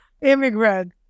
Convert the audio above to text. immigrant